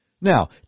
Now